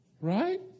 right